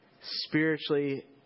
spiritually